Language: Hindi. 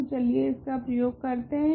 तो चलिए इसका प्रयोग करते हैं